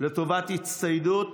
לטובת הצטיידות